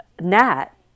Nat